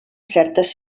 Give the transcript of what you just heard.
certes